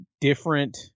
different